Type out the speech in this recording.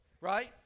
right